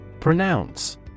Pronounce